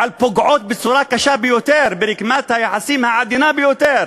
שפוגעות בצורה קשה ביותר ברקמת היחסים העדינה ביותר